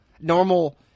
Normal